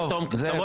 תבוא